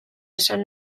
esan